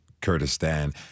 Kurdistan